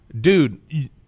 dude